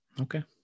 Okay